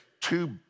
two